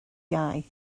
iau